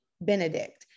Benedict